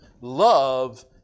Love